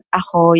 ako